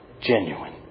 genuine